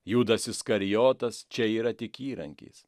judas iskarijotas čia yra tik įrankis